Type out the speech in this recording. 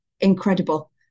incredible